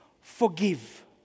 Forgive